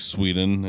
Sweden